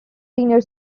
senior